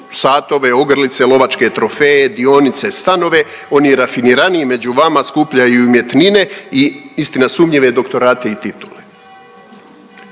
satove, ogrlice, lovačke trofeje, dionice, stanove. Oni rafiniraniji među vama skupljaju i umjetnine i istina sumnjive doktorate i titule.